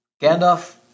Gandalf